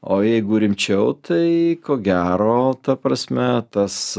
o jeigu rimčiau tai ko gero ta prasme tas